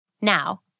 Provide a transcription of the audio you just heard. Now